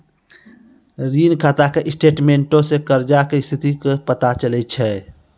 ऋण खाता के स्टेटमेंटो से कर्जा के स्थिति के पता चलै छै